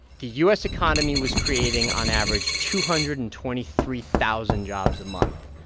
the u s. economy was creating on average two hundred and twenty three thousand jobs a month.